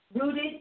rooted